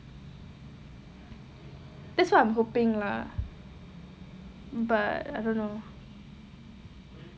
that's what I'm hoping lah but I don't know